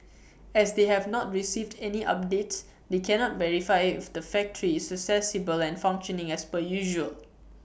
as they have not received any updates they cannot verify if the factory is accessible and functioning as per usual